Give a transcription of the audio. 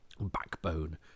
backbone